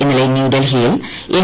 ഇന്നലെ ന്യൂഡൽഹിയിൽ എൻ